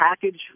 package